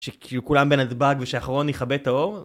שכאילו כולם בנתב"ג ושהאחרון יכבה את האור